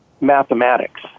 mathematics